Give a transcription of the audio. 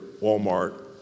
Walmart